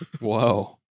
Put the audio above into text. Whoa